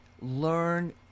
learn